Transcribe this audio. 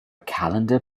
calendar